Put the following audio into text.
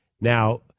Now